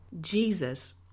Jesus